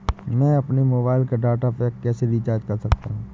मैं अपने मोबाइल का डाटा पैक कैसे रीचार्ज कर सकता हूँ?